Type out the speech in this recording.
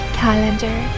calendar